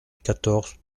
quatorze